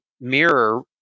mirror